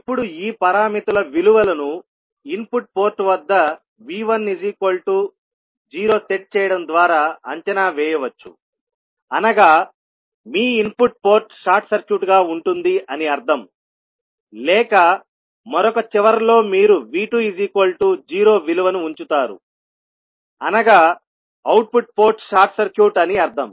ఇప్పుడు ఈ పారామితుల విలువలను ఇన్పుట్ పోర్ట్ వద్ద V10 సెట్ చేయడం ద్వారా అంచనా వేయవచ్చు అనగా మీ ఇన్పుట్ పోర్ట్ షార్ట్ సర్క్యూట్ గా ఉంటుంది అని అర్థం లేక మరొక చివరలో మీరు V20 విలువను ఉంచుతారు అనగా అవుట్పుట్ పోర్ట్ షార్ట్ సర్క్యూట్ అని అర్థం